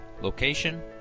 location